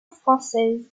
française